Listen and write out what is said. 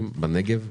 בנגב ובגליל.